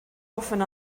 often